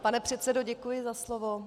Pane předsedo, děkuji za slovo.